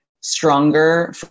stronger